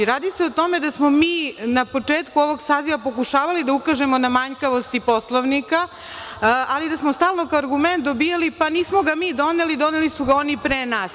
Radi se o tome da smo mi na početku ovog saziva pokušavali da ukažemo na manjkavosti Poslovnika, ali da smo stalno kao argument dobijali – pa, nismo ga mi doneli, doneli su ga oni pre nas.